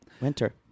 Winter